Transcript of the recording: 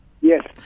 Yes